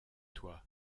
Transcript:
toi